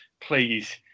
Please